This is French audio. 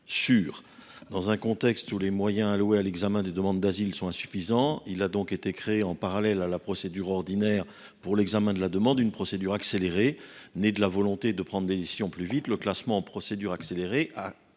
sûrs. Dans un contexte où les moyens alloués à l’examen des demandes d’asile sont insuffisants, il a été créé, parallèlement à la procédure ordinaire d’examen de la demande, une procédure accélérée, issue de la volonté de prendre des décisions plus rapidement. Le classement en procédure accélérée a